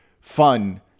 fun